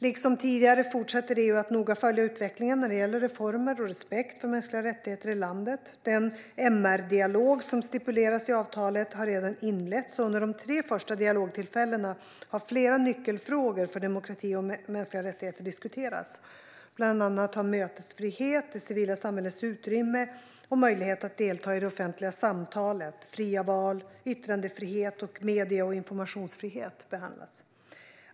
Liksom tidigare fortsätter EU att noga följa utvecklingen när det gäller reformer och respekt för mänskliga rättigheter i landet. Den MR-dialog som stipuleras i avtalet har redan inletts, och under de tre första dialogtillfällena har flera nyckelfrågor för demokrati och mänskliga rättigheter diskuterats. Bland annat har mötesfrihet, det civila samhällets utrymme och möjlighet att delta i det offentliga samtalet, fria val, yttrandefrihet och medie och informationsfrihet behandlats.